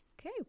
Okay